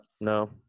no